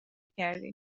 کردی